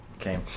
okay